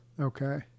Okay